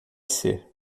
ser